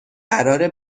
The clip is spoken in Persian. قراره